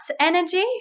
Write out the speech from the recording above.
energy